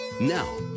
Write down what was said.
Now